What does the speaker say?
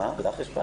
ענת, לך יש בעיה?